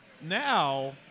now